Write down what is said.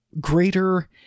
greater